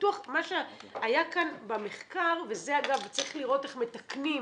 מה שהיה כאן במחקר, וצריך לראות איך מתקנים,